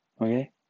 okay